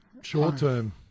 short-term